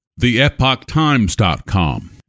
theepochtimes.com